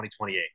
2028